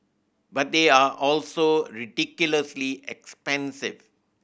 but they are also ridiculously expensive